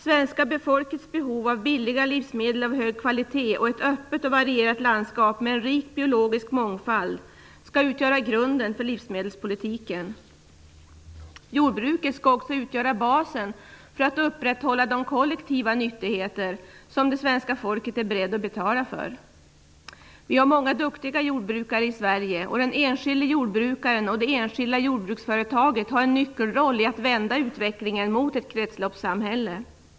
Svenska folkets behov av billiga livsmedel av hög kvalitet och ett öppet och varierat landskap med en rik biologisk mångfald skall utgöra grunden för livsmedelspolitiken. Jordbruket skall också utgöra basen för att upprätthålla de kollektiva nyttigheter som det svenska folket är berett att betala för. Vi har många duktiga jordbrukare i Sverige. Den enskilde jordbrukaren och det enskilda jordbruksföretaget har en nyckelroll i att vända utvecklingen mot ett kretsloppssamhälle.